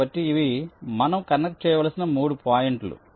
కాబట్టి ఇవి మనం కనెక్ట్ చేయవలసిన 3 పాయింట్లు